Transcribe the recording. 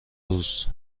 روز